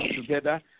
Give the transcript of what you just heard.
together